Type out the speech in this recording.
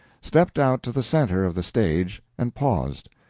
stepped out to the center of the stage and paused.